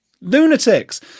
lunatics